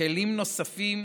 כלים נוספים